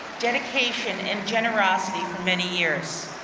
dedication and generosity for many years.